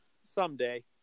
Someday